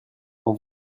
quand